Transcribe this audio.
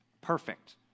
perfect